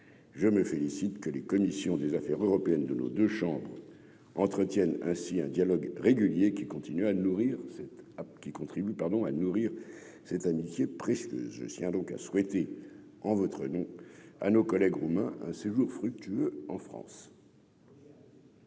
je me félicite que les commissions des Affaires européennes de nos deux chambres entretiennent ainsi un dialogue régulier qui continuent à nourrir cet qui contribuent pardon à nourrir cette amitié presque je tiens donc à souhaiter en votre nom à nos collègues Roumains un séjour fructueux en France.